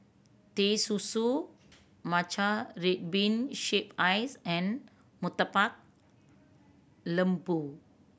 Teh Susu matcha red bean shave ice and Murtabak Lembu